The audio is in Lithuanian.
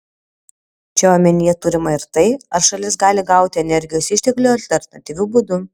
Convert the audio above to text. čia omenyje turima ir tai ar šalis gali gauti energijos išteklių alternatyviu būdu